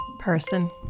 Person